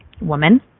woman